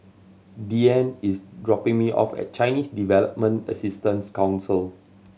Deeann is dropping me off at Chinese Development Assistance Council